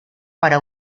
para